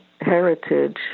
heritage